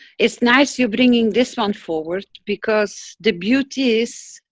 it's nice you bringing this one forward, because the beauty is.